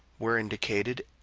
where indicated,